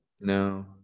no